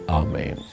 amen